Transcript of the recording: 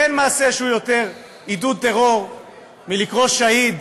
אין מעשה שהוא יותר עידוד טרור מלקרוא "שהיד"